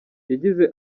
yagize